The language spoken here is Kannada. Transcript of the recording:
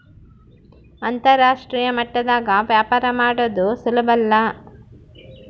ಅಂತರಾಷ್ಟ್ರೀಯ ಮಟ್ಟದಾಗ ವ್ಯಾಪಾರ ಮಾಡದು ಸುಲುಬಲ್ಲ